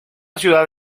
ciudad